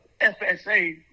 FSA